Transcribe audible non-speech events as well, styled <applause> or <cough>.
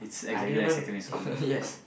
I didn't even <laughs> yes